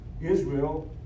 Israel